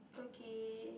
okay